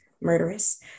murderous